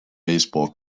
baseball